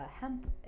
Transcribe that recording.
hemp